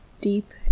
deep